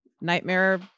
Nightmare